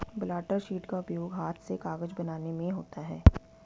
blotter sheet का उपयोग हाथ से कागज बनाने में होता है